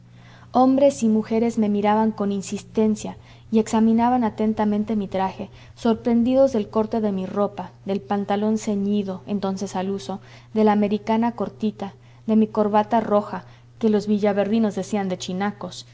hombres y mujeres me miraban con insistencia y examinaban atentamente mi traje sorprendidos del corte de mi ropa del pantalón ceñido entonces al uso de la americana cortita de mi corbata roja que los villaverdinos decían de chinacos de mi sombrero abombado blanco salpicado de